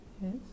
Yes